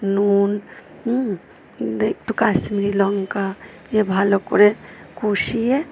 নুন একটু কাশ্মীরি লঙ্কা দিয়ে ভালো করে কষিয়ে